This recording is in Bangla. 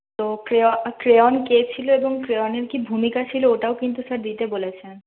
তো ক্রেওণ কে ছিল এবং ক্রেওণের কি ভূমিকা ছিল ওটাও কিন্তু স্যার দিতে বলেছেন